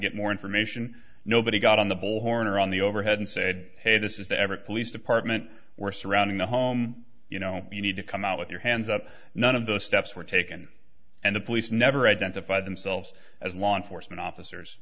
get more information nobody got on the bullhorn or on the overhead and said hey this is the everett police department were surrounding the home you know you need to come out with your hands up none of the steps were taken and the police never identified themselves as law enforcement officers